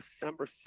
December